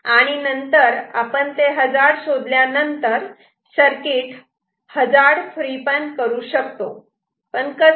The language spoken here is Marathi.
आणि नंतर आपण ते हजार्ड शोधल्यानंतर सर्किट हजार्ड फ्री करू शकतो पण कसे